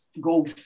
go